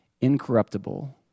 incorruptible